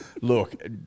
Look